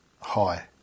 high